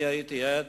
אני הייתי עד,